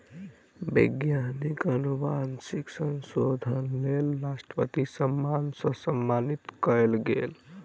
वैज्ञानिक अनुवांशिक संशोधनक लेल राष्ट्रपति सम्मान सॅ सम्मानित कयल गेल